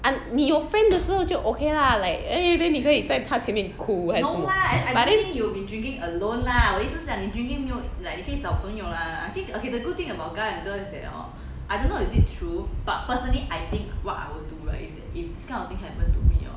un~ 你有 friend 的时候就 ok lah like eh then 你可以在他前面哭 but then